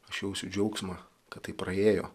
aš jausiu džiaugsmą kad taip praėjo